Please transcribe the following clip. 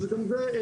וזה לא מפתיע.